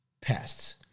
pests